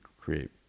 create